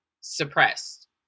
suppressed